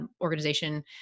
organization